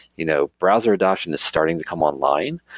you know browser adoption is starting to come online,